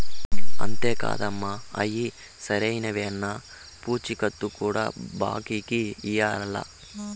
అంతే కాదమ్మ, అయ్యి సరైనవేనన్న పూచీకత్తు కూడా బాంకీకి ఇయ్యాల్ల